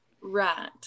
right